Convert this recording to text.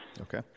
Okay